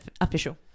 official